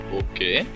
okay